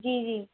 جی جی